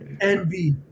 Envy